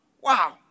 Wow